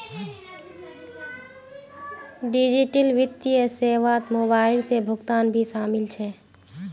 digital वित्तीय सेवात mobile से भुगतान भी शामिल छे